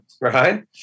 right